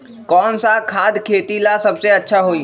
कौन सा खाद खेती ला सबसे अच्छा होई?